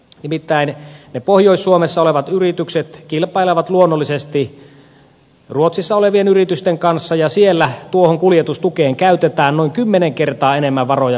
nimittäin pohjois suomessa olevat yritykset kilpailevat luonnollisesti ruotsissa olevien yritysten kanssa ja siellä tuohon kuljetustukeen käytetään noin kymmenen kertaa enemmän varoja kuin suomessa